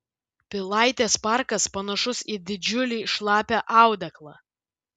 pilaitės parkas panašus į didžiulį šlapią audeklą